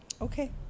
Okay